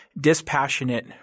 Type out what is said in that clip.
dispassionate